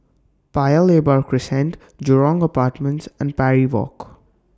Paya Lebar Crescent Jurong Apartments and Parry Walk